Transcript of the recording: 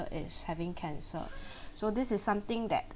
is having cancer so this is something that